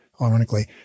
ironically